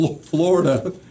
Florida